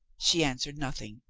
she answered nothing.